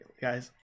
guys